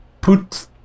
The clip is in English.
put